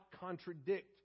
contradict